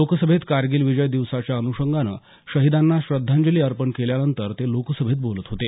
लोकसभेत कारगिल विजय दिवसाच्या अनुषंगानं शहिदांना श्रद्धांजली अर्पण केल्या नंतर ते लोकसभेत बोलत होते